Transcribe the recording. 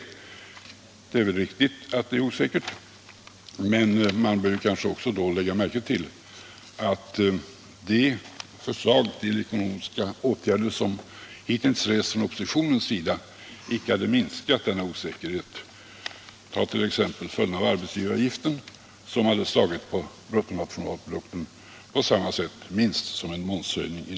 Det är väl riktigt att det är osäkert. Men man bör då kanske också lägga märke till att de förslag till ekonomiska åtgärder som hittills rests från oppositionens sida icke hade minskat denna osäkerhet. Ta t.ex. följderna av arbetsgivaravgiften, som hade slagit på bruttonationalprodukten på samma sätt, minst, som en momshöjning.